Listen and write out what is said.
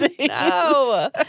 No